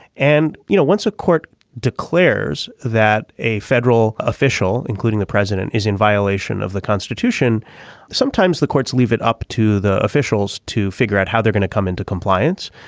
and you know once a court declares that a federal official including the president is in violation of the constitution sometimes the courts leave it up to the officials to figure out how they're going to come into compliance.